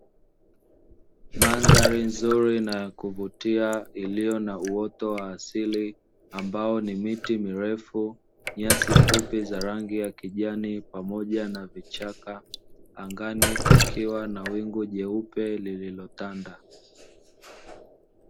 Mandhari nzuri na ya kuvutia iliyo na uoto wa asili ambao ni miti mirefu ,nyasi fupi za rangi ya kijani, pamoja na vichaka, angani kukiwa na wingu jeupe lililotanda.